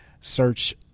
search